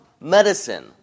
medicine